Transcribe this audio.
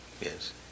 Yes